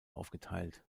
aufgeteilt